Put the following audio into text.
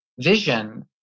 vision